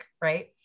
right